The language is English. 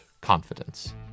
confidence